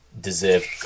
deserve